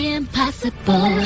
impossible